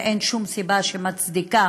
ואין שום סיבה שמצדיקה